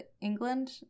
England